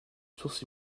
sources